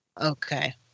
Okay